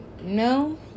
no